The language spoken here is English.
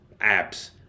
apps